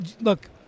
Look